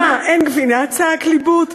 "מה! אין גבינה?" צעק ליבוט.